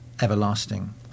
everlasting